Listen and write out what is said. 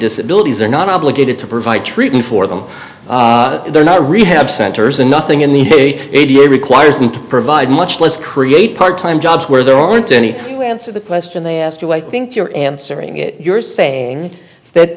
disability are not obligated to provide treatment for them they're not rehab centers and thing in the a t l requires me to provide much less create part time jobs where there aren't any where answer the question they asked you i think you're answering it you're saying that